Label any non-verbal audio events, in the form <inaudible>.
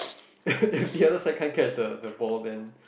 <laughs> if if the other side can't catch the the ball then